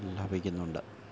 ലഭിക്കുന്നുണ്ട്